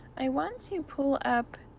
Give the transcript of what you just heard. i want to pull up